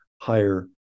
higher